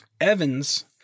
Evans